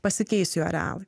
pasikeis jų arealai